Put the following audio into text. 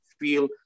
feel